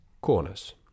Corners